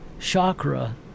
chakra